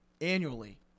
annually